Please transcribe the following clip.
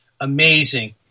amazing